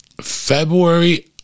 February